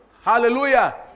Hallelujah